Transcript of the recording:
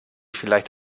vielleicht